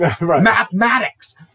Mathematics